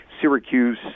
Syracuse